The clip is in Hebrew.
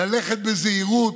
ללכת בזהירות,